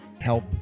help